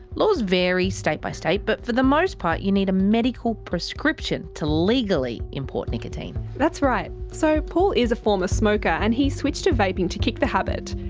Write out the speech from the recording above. laws vary state by state, but for the most part, you need a medical prescription to legally import nicotine. that's right so paul is a former smoker and who switched to vaping to kick the habit.